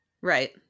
Right